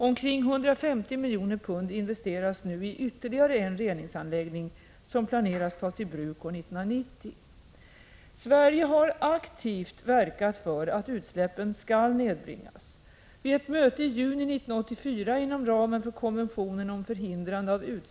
Omkring 150 miljoner pund investeras nu i ytterligare en reningsanläggning som är planerad att tas i bruk år 1990. Sverige har aktivt verkat för att utsläppen skall nedbringas. Vid ett möte i juni 1984 inom ramen för konventionen om förhindrande av utsläpp i Prot.